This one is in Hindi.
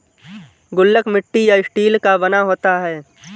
गुल्लक मिट्टी या स्टील का बना होता है